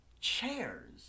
chairs